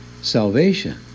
salvation